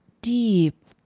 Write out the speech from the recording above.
deep